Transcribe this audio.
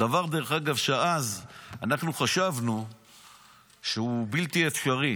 דבר שאז אנחנו חשבנו שהוא בלתי אפשרי